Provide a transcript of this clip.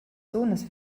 sohnes